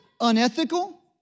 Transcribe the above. unethical